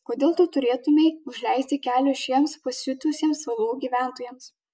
kodėl tu turėtumei užleisti kelio šiems pasiutusiems salų gyventojams